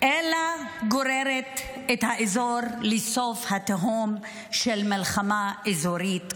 אלא גוררת את האזור לסף התהום של מלחמה אזורית כוללת.